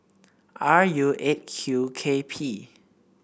R U Eight Q K P